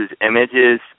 images